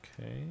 Okay